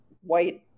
white